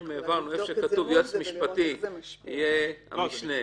העברנו שאיפה שכתוב היועץ המשפטי יהיה המשנה.